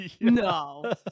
no